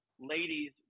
ladies